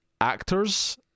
actors